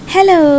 Hello